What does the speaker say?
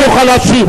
אדוני יוכל להשיב.